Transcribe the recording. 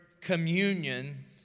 communion